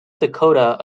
dakota